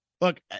Look